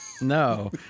no